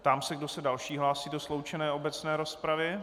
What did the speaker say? Ptám se, kdo se další hlásí do sloučené obecné rozpravy.